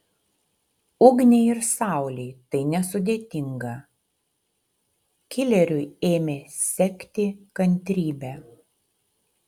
ugniai ir saulei tai nesudėtinga kileriui ėmė sekti kantrybė